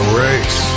race